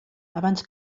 abans